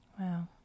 Wow